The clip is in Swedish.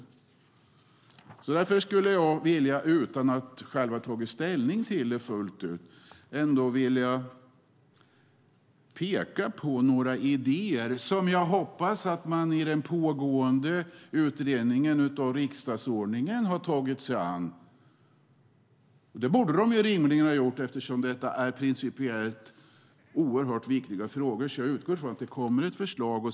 Utan att själv ha tagit ställning fullt ut skulle jag vilja peka på några idéer som jag hoppas att man i den pågående utredningen av riksdagsordningen har tagit sig an. Det borde man rimligen ha gjort, eftersom detta är principiellt oerhört viktiga frågor. Jag utgår från att det kommer ett förslag.